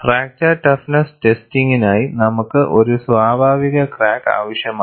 fracture toughness ടെസ്റ്റിംഗിനായി നമുക്ക് ഒരു സ്വാഭാവിക ക്രാക്ക് ആവശ്യമാണ്